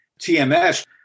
TMS